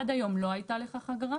עד היום לא הייתה לכך אגרה